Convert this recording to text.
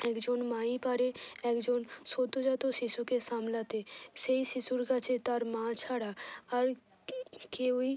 একজন মাই পারে একজন সদ্যোজাত শিশুকে সামলাতে সেই শিশুর কাছে তার মা ছাড়া আর কেউই